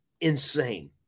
insane